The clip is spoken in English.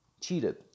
cheated